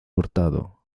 hurtado